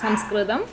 സംസ്കൃതം